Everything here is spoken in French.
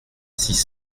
six